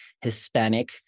Hispanic